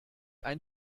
ein